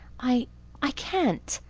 i i can't,